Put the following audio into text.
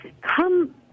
come